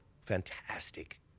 fantastic